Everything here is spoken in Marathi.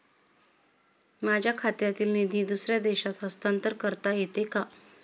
माझ्या खात्यातील निधी दुसऱ्या देशात हस्तांतर करता येते का?